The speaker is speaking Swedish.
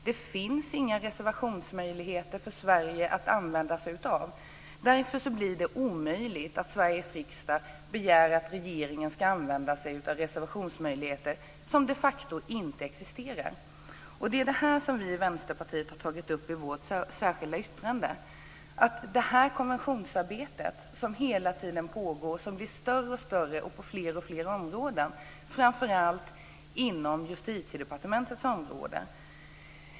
Det finns inga reservationsmöjligheter för Sverige att använda sig av. Därför blir det omöjligt att Sveriges riksdag begär att regeringen ska använda sig av reservationsmöjligheter, som de facto inte existerar. Det är det här som vi vänsterpartister har tagit upp i vårt särskilda yttrande. Detta konventionsarbete pågår hela tiden, blir större och större och sker på fler och fler områden, framför allt inom Justitiedepartementets område.